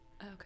okay